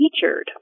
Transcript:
featured